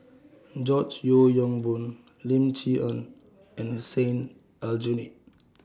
George Yeo Yong Boon Lim Chee Onn and Aljunied